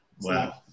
wow